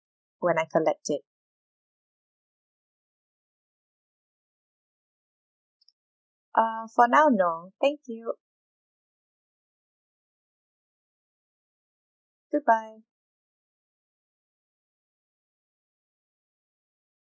when I collect it uh for now no thank you goodbye